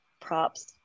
props